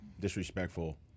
disrespectful